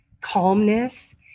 calmness